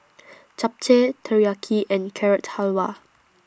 Japchae Teriyaki and Carrot Halwa